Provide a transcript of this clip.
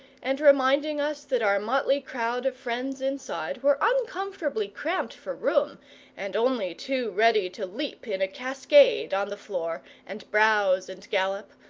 and reminding us that our motley crowd of friends inside were uncomfortably cramped for room and only too ready to leap in a cascade on the floor and browse and gallop,